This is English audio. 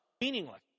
meaningless